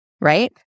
right